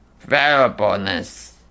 variableness